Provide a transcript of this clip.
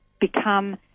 become